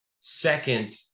Second